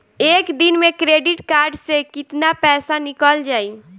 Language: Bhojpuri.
एक दिन मे क्रेडिट कार्ड से कितना पैसा निकल जाई?